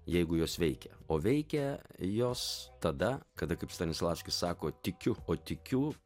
jeigu jos veikia o veikia jos tada kada kaip stanislavskis sako tikiu o tikiu